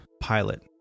pilot